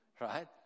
right